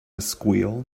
squeal